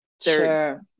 Sure